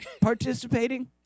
participating